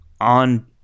on